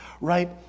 Right